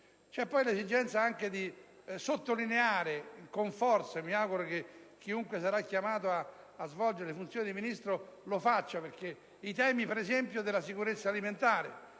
è poi l'esigenza di sottolineare con forza - mi auguro che chiunque sarà chiamato a svolgere le funzioni di Ministro lo faccia - i temi della sicurezza alimentare.